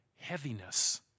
heaviness